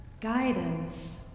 guidance